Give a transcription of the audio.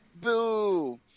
Boo